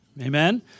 Amen